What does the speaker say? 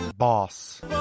Boss